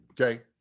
okay